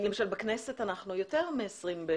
למשל בכנסת אנחנו יותר מ-20.